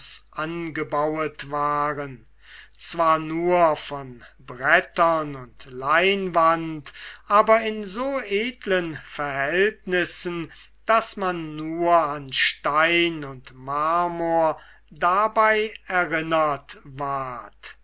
angebauet waren zwar nur von brettern und leinwand aber in so edlen verhältnissen daß man nur an stein und marmor dabei erinnert ward